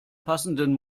passenden